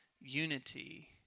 unity